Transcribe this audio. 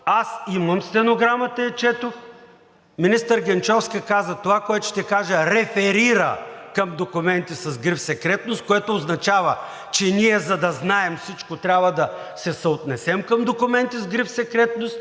аз имам стенограмата и я четох. Министър Генчовска каза: „Това, което ще кажа, реферира към документи с гриф „Секретно“, което означава, че ние, за да знаем всичко, трябва да се съотнесем към документи с гриф „Секретно“,